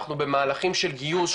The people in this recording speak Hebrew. אנחנו במהלכים של גיוס,